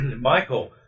Michael